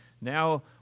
Now